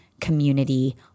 community